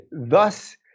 Thus